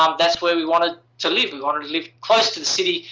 um that's where we wanted to live we wanted to live close to the city.